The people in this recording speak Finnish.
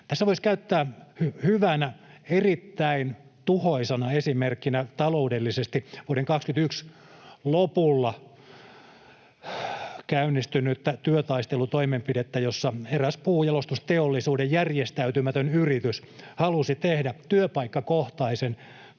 Tässä voisi käyttää hyvänä, erittäin tuhoisana esimerkkinä taloudellisesti vuoden 21 lopulla käynnistynyttä työtaistelutoimenpidettä, jossa eräs puunjalostusteollisuuden järjestäytymätön yritys halusi tehdä työpaikkakohtaisen